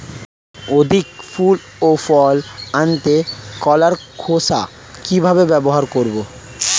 অধিক ফুল ও ফল আনতে কলার খোসা কিভাবে ব্যবহার করব?